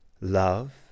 love